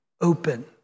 open